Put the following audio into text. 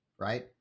right